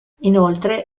inoltre